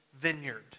vineyard